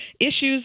issues